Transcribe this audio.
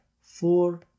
four